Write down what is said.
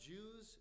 Jews